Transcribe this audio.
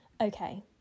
Okay